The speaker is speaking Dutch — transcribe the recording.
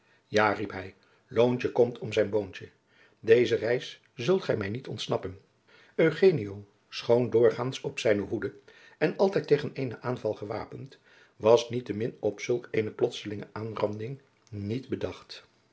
ja riep hij loontje komt om zijn boontje deze reis zult gij mij niet ontsnappen eugenio schoon doorgaands op zijne hoede en altijd tegen eenen aanval gewapend was niettemin op zulk eene plotselijke aanranding niet bedacht